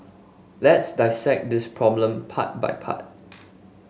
let's dissect this problem part by part